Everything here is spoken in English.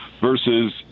versus